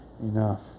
enough